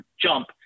jump